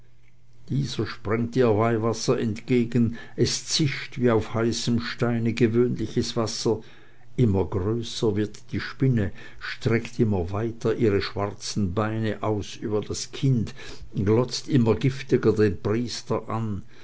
dieser sprengt ihr weihwasser entgegen es zischt wie auf heißem steine gewöhnliches wasser immer größer wird die spinne streckt immer weiter ihre schwarzen beine aus über das kind glotzt immer giftiger den priester an